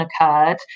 occurred